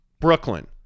Brooklyn